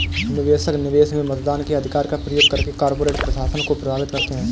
निवेशक, निवेश में मतदान के अधिकार का प्रयोग करके कॉर्पोरेट प्रशासन को प्रभावित करते है